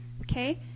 Okay